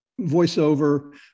voiceover